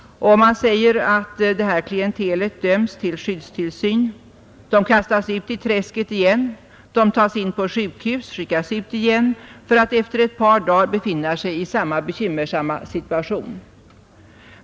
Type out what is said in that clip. Man säger att detta klientel döms till skyddstillsyn, kastas ut i träsket igen, tas in på sjukhus, skickas ut igen för att efter ett par dagar befinna sig i samma bekymmersamma situation.